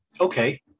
Okay